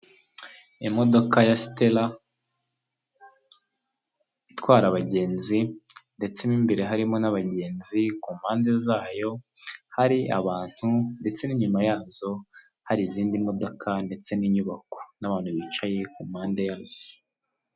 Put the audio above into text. Imodoka ya sitera itwara abagenzi ndetse n'imbere harimo n'abagenzi, ku mpande zayo hari abantu ndetse n'inyuma yazo hari izindi modoka ndetse n'inyubako n'abantu bicaye ku mpande yazo.